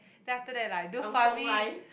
then after that like do farming